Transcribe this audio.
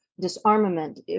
disarmament